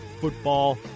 Football